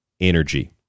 energy